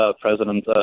president